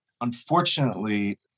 unfortunately